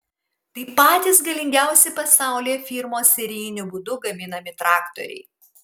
tai patys galingiausi pasaulyje firmos serijiniu būdu gaminami traktoriai